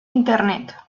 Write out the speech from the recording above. internet